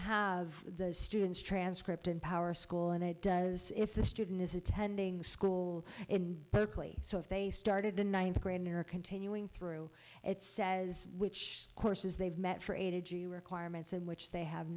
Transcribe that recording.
have the students transcript and power school and it does if the student is attending school in berkeley so if they started the ninth grade american ten ewing through it says which courses they've met for a g requirements in which they have